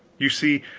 you see,